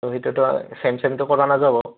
ত' সেইটোতো চেম চেমটো কৰা নাযাব